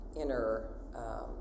inner